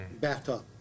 bathtub